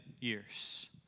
years